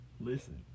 listen